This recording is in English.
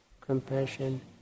compassion